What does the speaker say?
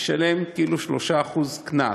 ישלם כאילו 3% קנס.